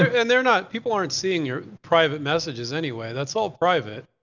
and they're not, people aren't seeing your private messages anyway. that's all private.